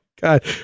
God